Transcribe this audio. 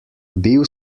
bil